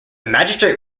magistrate